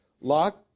lock